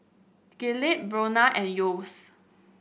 Gillette Bonia and Yeo's